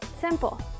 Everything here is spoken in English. Simple